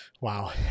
Wow